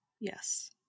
yes